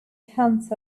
haunts